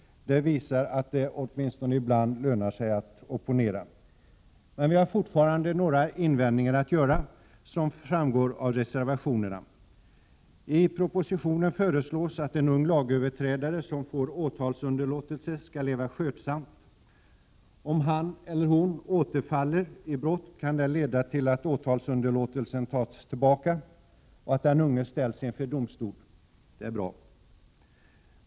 Det visar att det, åtminstone ibland, lönar sig att opponera. Men vi har fortfarande några invändningar att göra, som framgår av reservationerna. I propositionen föreslås att en ung lagöverträdare som får åtalsunderlåtelse skall leva skötsamt. Om han eller hon återfaller i brott, kan det leda till att åtalsunderlåtelsen tas tillbaka och att den unge ställs inför domstol. Det är bra.